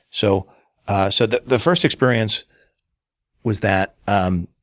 so so the the first experience was that um